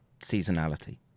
seasonality